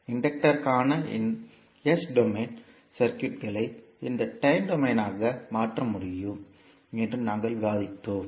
இன்டக்டர்க்கான S domain சர்க்யூட்களை அந்த time டொமைனாக மாற்ற முடியும் என்று நாங்கள் விவாதித்தோம்